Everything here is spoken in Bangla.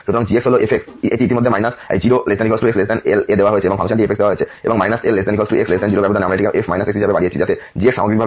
সুতরাং g হল f এটি ইতিমধ্যে 0≤x L এ দেওয়া হয়েছে যে ফাংশনটি f দেওয়া হয়েছে